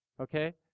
Okay